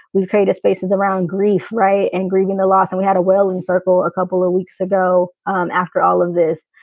we've created spaces around grief, right. and grieving the loss. and we had a wailing circle a couple of weeks ago um after all of this.